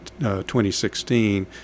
2016